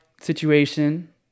situation